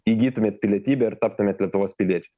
įgytumėt pilietybę ir taptumėt lietuvos piliečiais